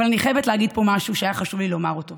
אבל אני חייבת להגיד פה משהו שהיה לי חשוב לומר אותו: